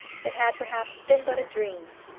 it had, perhaps, been but a dream.